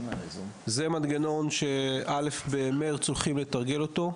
זה מנגנון שבמרץ הולכים לתרגל אותו,